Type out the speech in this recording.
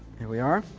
here we are.